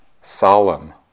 solemn